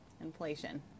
Inflation